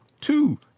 two